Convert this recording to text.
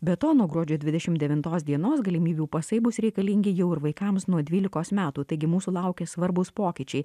be to nuo gruodžio dvidešimt devintos dienos galimybių pasai bus reikalingi jau ir vaikams nuo dvylikos metų taigi mūsų laukia svarbūs pokyčiai